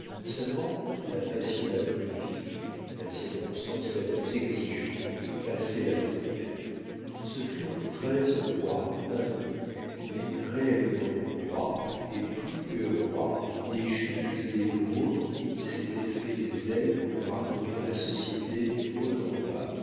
seulement la passion la plus vive la circonstance la plus exigeante passait la première ce furent treize rois inconnus mais réellement rois et plus que rois des juges et des bourreaux qui s'étant fait des ailes pour parcourir la société du haut en bas